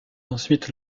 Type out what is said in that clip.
ensuite